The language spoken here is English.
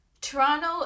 toronto